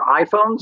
iPhones